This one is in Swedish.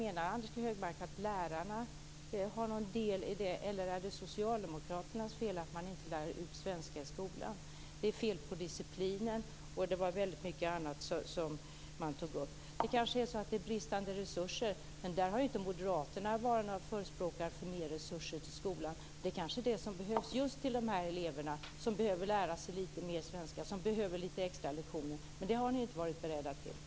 Menar Anders G Högmark att lärarna har någon del i detta, eller är det socialdemokraternas fel att man inte lär ut svenska i skolan? Det är fel på disciplinen, och det var väldigt mycket annat som togs upp. Det kanske är så att det är bristande resurser, men där har inte moderaterna varit några förespråkare för mer resurser till skolan. Det kanske är det som behövs till just de elever som behöver lära sig lite mer svenska och som behöver lite extra lektioner, men det har ni moderater inte varit beredda att ge.